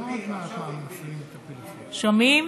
אחרת אין דרך להסביר את ההימצאות שלך,